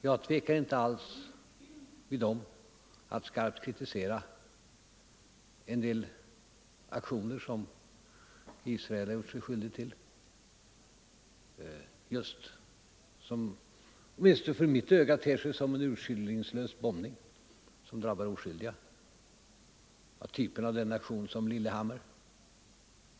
Jag tvekar inte alls att därvid skarpt kritisera en del aktioner som israeler har gjort sig skyldiga till och som åtminstone för mitt öga ter sig som urskillningslös bombning som drabbar oskyldiga —och typen aktionen i Lillehammer.